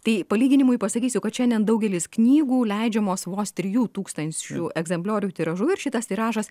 tai palyginimui pasakysiu kad šiandien daugelis knygų leidžiamos vos trijų tūkstančių egzempliorių tiražu ir šitas tiražas